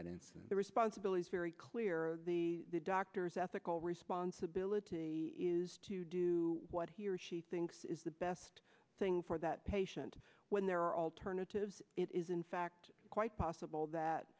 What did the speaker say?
that in their responsibilities very clear the doctor's ethical responsibility is to do what he or she thinks is the best thing for that patient when there are alternatives it is in fact quite possible that